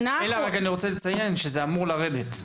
אלה, אני רוצה לציין שזה אמור לרדת.